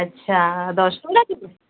ଆଚ୍ଛା ଦଶଟଙ୍କା